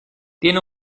tiene